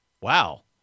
wow